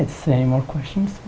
it's a more questions